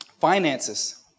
Finances